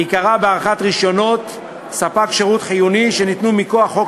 עיקרה בהארכת רישיונות ספק שירות חיוני שניתנו מכוח חוק